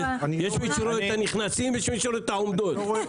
יש מי שרואה את הנכנסים ויש מי שרואה את העומדות.